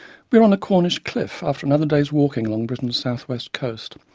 were on a cornish cliff after another day's walking along britain's south west coast.